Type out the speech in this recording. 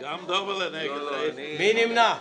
8 נמנעים,